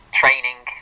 training